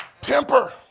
temper